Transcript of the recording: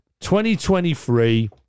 2023